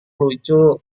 lucu